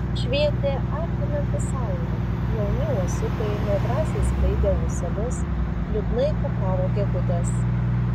švietė akinanti saulė jauni uosiukai nedrąsiai skleidė ūselius liūdnai kukavo gegutės